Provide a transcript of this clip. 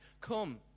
Come